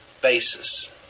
basis